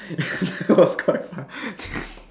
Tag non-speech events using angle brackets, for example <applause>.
<laughs> that was quite funny <laughs>